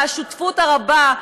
והשותפות הרבה,